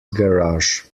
garage